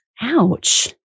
Ouch